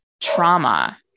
trauma